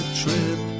trip